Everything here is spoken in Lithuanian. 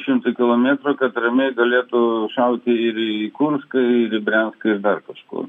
šimtui kilometrų kad ramiai galėtų šauti ir į kurską ir į brianską ir dar kažkur